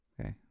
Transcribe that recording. Okay